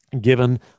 given